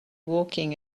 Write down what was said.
walking